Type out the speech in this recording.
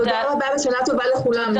שנה טובה לכולם.